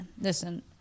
listen